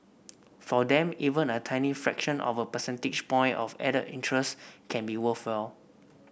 for them even a tiny fraction of a percentage point of added interest can be worthwhile